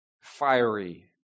fiery